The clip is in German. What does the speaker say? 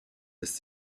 lässt